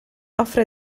offre